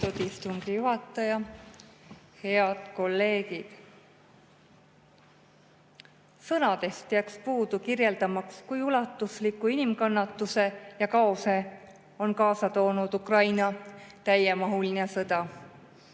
istungi juhataja! Head kolleegid! Sõnadest jääks puudu kirjeldamaks, kui ulatusliku inimkannatuse ja kaose on kaasa toonud Ukraina täiemahuline sõda.